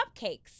cupcakes